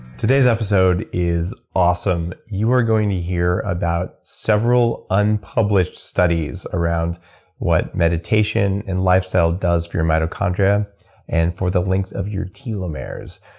today's episode is awesome. you are going to hear about several unpublished studies around what meditation and lifestyle does for your mitochondria and for the length of your telomeres.